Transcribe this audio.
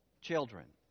children